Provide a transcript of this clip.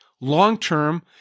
long-term